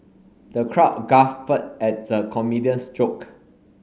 the crowd guffawed at the comedian's joke